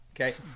Okay